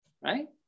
right